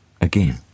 again